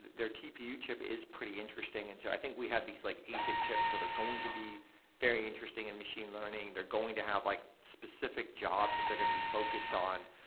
their tpu chip is very interesting. and so i think we have these like basic chips that are going to be very interesting in machine learning. they're going to have like specific jobs that they're going to be focused on,